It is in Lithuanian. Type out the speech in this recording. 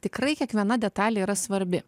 tikrai kiekviena detalė yra svarbi